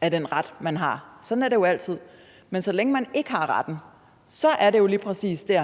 af den ret, man har. Sådan er det jo altid. Men så længe man ikke har retten, kan den unge jo lige præcis stå